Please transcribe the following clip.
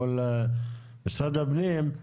מול משרד הפנים.